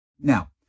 Now